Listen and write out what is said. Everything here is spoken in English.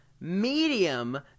medium